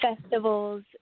festivals